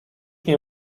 nie